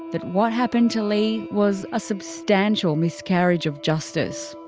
that what happened to leigh, was a substantial miscarriage of justice.